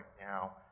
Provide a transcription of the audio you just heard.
now